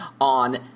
on